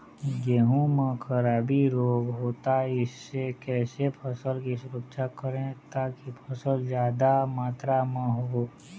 गेहूं म खराबी रोग होता इससे कैसे फसल की सुरक्षा करें ताकि फसल जादा मात्रा म हो?